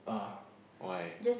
uh why